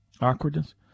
Awkwardness